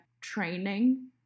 training